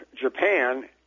Japan